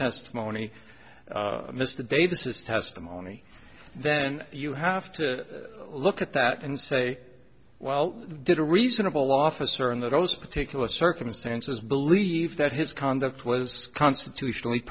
testimony mr davis's testimony then you have to look at that and say well did a reasonable officer in those particular circumstances believe that his conduct was constitutionally